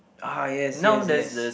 ah yes yes yes